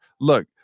Look